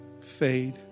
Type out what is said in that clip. fade